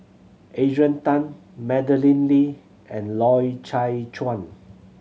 Adrian Tan Madeleine Lee and Loy Chye Chuan